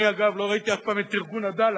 אני אגב לא ראיתי אף פעם את ארגון "עדאלה"